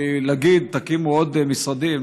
כי להגיד: תקימו עוד משרדים,